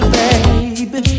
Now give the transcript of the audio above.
baby